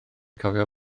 cofio